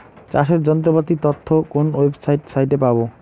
চাষের যন্ত্রপাতির তথ্য কোন ওয়েবসাইট সাইটে পাব?